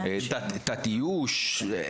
תת איוש?